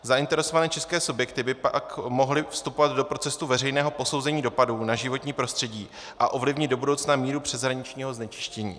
Zainteresované české subjekty by pak mohly vstupovat do procesu veřejného posouzení dopadů na životní prostředí a ovlivnit do budoucna míru přeshraničního znečistění.